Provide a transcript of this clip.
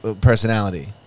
personality